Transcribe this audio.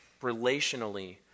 relationally